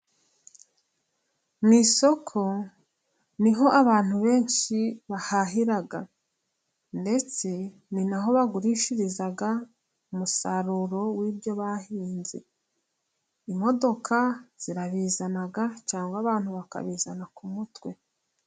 Mu isoko ni ho abantu benshi bahahira ndetse ni na ho bagurishiriza umusaruro w'ibyo bahinze. Imodoka zirabizana cyangwa abantu bakabizana ku mutwe.